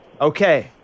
Okay